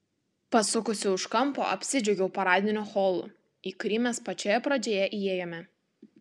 pasukusi už kampo apsidžiaugiau paradiniu holu į kurį mes pačioje pradžioje įėjome